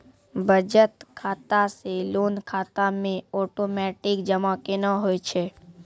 बचत खाता से लोन खाता मे ओटोमेटिक जमा केना होय छै?